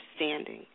understanding